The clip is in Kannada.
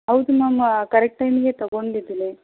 ಹೌದು ಮ್ಯಾಮ್ ಕರೆಕ್ಟ್ ಟೈಮ್ಗೆ ತಗೊಂಡಿದ್ದೀನಿ